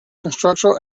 construction